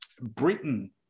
Britain